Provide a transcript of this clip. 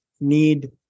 need